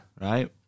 Right